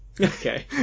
Okay